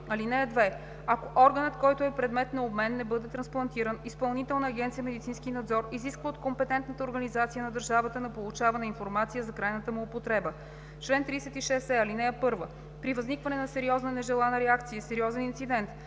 с него. (2) Ако органът, който е предмет на обмен, не бъде трансплантиран, Изпълнителна агенция „Медицински надзор“ изисква от компетентната организация на държавата на получаване информация за крайната му употреба. Чл. 36е. (1) При възникване на сериозна нежелана реакция и сериозен инцидент,